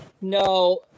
No